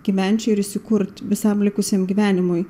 gyvent čia ir įsikurt visam likusiam gyvenimui